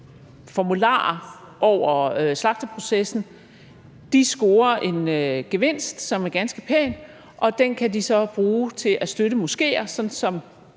forbindelse med slagteprocessen, scorer en gevinst, som er ganske pæn, og den kan de så bruge til at støtte moskéer, sådan som